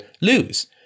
lose